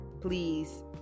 please